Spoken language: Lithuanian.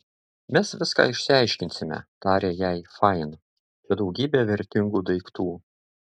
mes viską išsiaiškinsime tarė jai fain čia daugybė vertingų daiktų